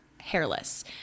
Hairless